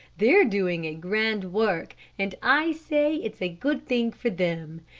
they're doing a grand work, and i say it's a good thing for them.